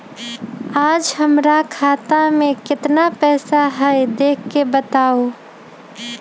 आज हमरा खाता में केतना पैसा हई देख के बताउ?